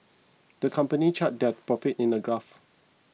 the company charted their profits in a graph